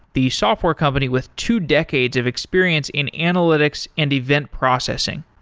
the software company with two decades of experience in analytics and event processing.